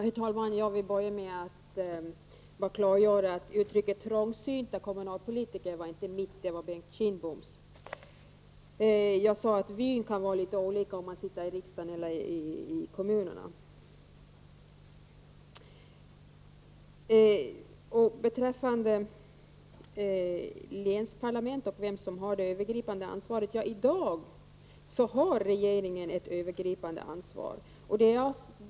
Herr talman! Jag vill börja med att klargöra att uttrycket trångsynta kommunalpolitiker inte var mitt. Det var Bengt Kindboms. Jag sade att vyn kan vara litet olika om man sitter i riksdagen eller i kommunerna. Beträffande länsparlament och vem som har det övergripande ansvaret vill jag säga att i dag har regeringen ett övergripande ansvar.